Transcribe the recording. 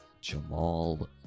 Jamal